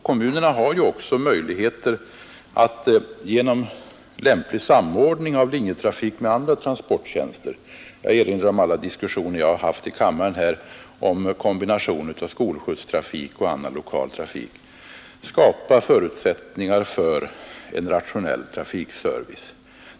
Kommunerna har också möjlighet att genom lämplig samordning av linjetrafiken med andra transporttjänster — jag erinrar om alla diskussioner jag har haft här i kammaren om kombination av skolskjutstrafik och annan lokaltrafik — skapa förutsättningar för en rationell trafikservice.